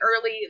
early